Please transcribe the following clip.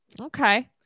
Okay